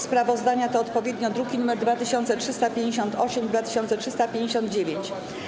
Sprawozdania to odpowiednio druki nr 2358 i 2359.